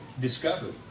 discovered